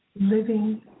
living